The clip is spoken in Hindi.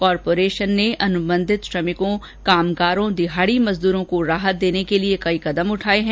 कॉर्पोरेशन ने अनुबंधित श्रमिकों कामगारों दिहाड़ी मजदूरों को राहत देने के लिए कई कदम उठाए हैं